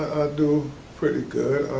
do pretty good.